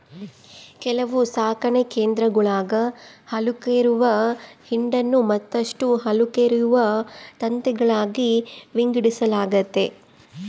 ಕೆಲವು ಸಾಕಣೆ ಕೇಂದ್ರಗುಳಾಗ ಹಾಲುಕರೆಯುವ ಹಿಂಡನ್ನು ಮತ್ತಷ್ಟು ಹಾಲುಕರೆಯುವ ತಂತಿಗಳಾಗಿ ವಿಂಗಡಿಸಲಾಗೆತೆ